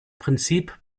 prinzip